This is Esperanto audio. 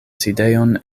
sidejon